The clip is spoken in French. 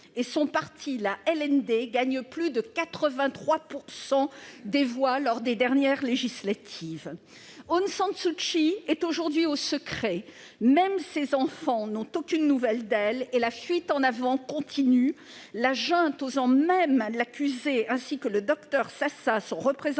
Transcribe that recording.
démocratie, ou LND, gagnent plus de 83 % des voix lors des dernières élections législatives ! Aung San Suu Kyi est aujourd'hui au secret. Même ses enfants n'ont aucune nouvelle d'elle, et la fuite en avant continue, la jante osant même l'accuser, ainsi que le docteur Sasa, son représentant